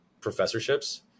professorships